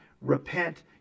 repent